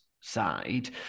side